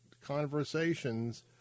conversations